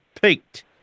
peaked